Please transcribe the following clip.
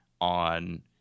on